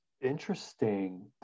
interesting